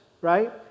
right